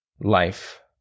life